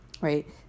right